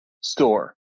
store